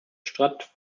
stadt